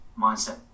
mindset